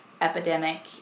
epidemic